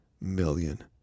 million